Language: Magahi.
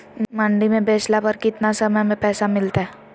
मंडी में बेचला पर कितना समय में पैसा मिलतैय?